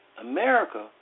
America